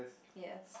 yes